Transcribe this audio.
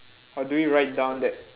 or do you write down that